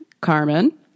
Carmen